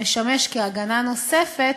המשמש כהגנה נוספת,